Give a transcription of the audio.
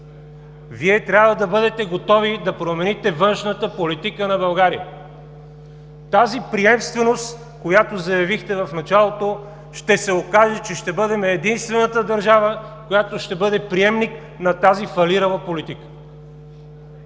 Вие трябва да бъдете готови да промените външната политика на България. Тази приемственост, която заявихте в началото, ще се окаже, че ще бъдем единствената държава, която ще бъде приемник на тази фалирала политика.